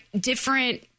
different